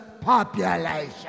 population